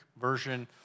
version